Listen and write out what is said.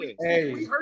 Hey